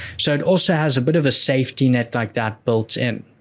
so, it also has a bit of a safety net like that built in.